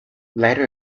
later